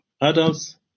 Adults